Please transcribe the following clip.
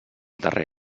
darrer